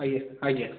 ଆଜ୍ଞା ଆଜ୍ଞା